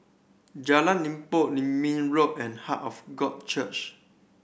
Jalan Limbok Road and Heart of God Church